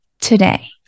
today